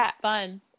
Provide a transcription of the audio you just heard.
fun